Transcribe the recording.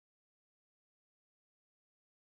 uh the Woodland condo lor Rosewood ah